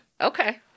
Okay